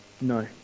No